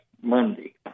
Monday